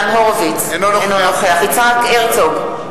אינו נוכח יצחק הרצוג,